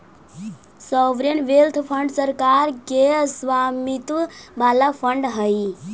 sovereign wealth fund सरकार के स्वामित्व वाला फंड हई